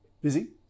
busy